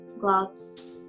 gloves